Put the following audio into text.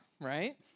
right